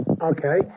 Okay